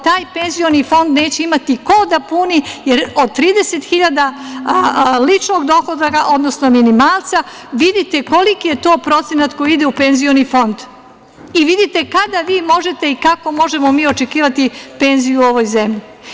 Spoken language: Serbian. Taj penzioni fond neće imati ko da puni, jer od 30.000 ličnog dohotka, odnosno minimalca, vidite koliki je to procenat koji ide u penzioni fond i vidite kada vi možete i kako možemo mi očekivati penziju u ovoj zemlji.